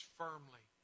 firmly